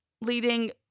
leading